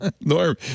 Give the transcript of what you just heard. Norm